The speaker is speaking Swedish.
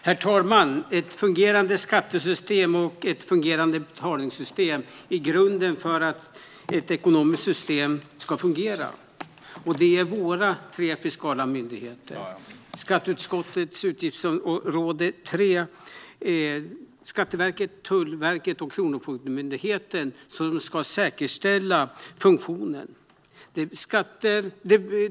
Herr talman! Ett fungerande skattesystem och ett fungerande betalningssystem är grunden för att ett ekonomiskt system ska fungera. Det är våra tre fiskala myndigheter Skatteverket, Tullverket och Kronofogdemyndigheten som ska säkerställa funktionen.